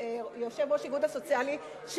יושב-ראש איגוד העובדים הסוציאליים,